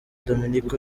dominic